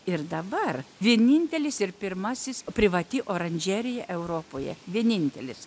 ir dabar vienintelis ir pirmasis privati oranžerija europoje vienintelis